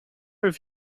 have